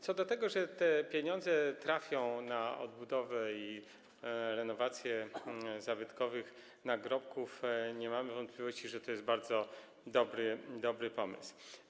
Co do tego, że te pieniądze trafią na odbudowę i renowację zabytkowych nagrobków - nie mamy wątpliwości, że to jest bardzo dobry pomysł.